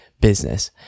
business